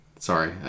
Sorry